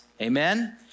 Amen